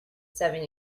seven